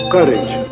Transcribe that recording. Courage